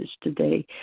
today